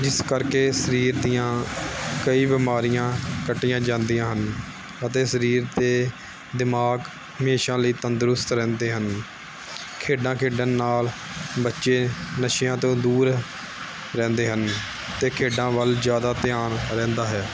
ਜਿਸ ਕਰਕੇ ਸਰੀਰ ਦੀਆਂ ਕਈ ਬਿਮਾਰੀਆਂ ਕੱਟੀਆਂ ਜਾਂਦੀਆਂ ਹਨ ਅਤੇ ਸਰੀਰ ਅਤੇ ਦਿਮਾਗ ਹਮੇਸ਼ਾ ਲਈ ਤੰਦਰੁਸਤ ਰਹਿੰਦੇ ਹਨ ਖੇਡਾਂ ਖੇਡਣ ਨਾਲ ਬੱਚੇ ਨਸ਼ਿਆਂ ਤੋਂ ਦੂਰ ਰਹਿੰਦੇ ਹਨ ਅਤੇ ਖੇਡਾਂ ਵੱਲ ਜ਼ਿਆਦਾ ਧਿਆਨ ਰਹਿੰਦਾ ਹੈ